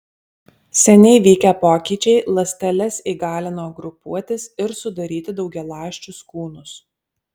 seniai vykę pokyčiai ląsteles įgalino grupuotis ir sudaryti daugialąsčius kūnus